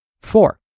Four